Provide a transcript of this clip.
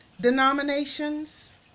denominations